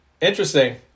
Interesting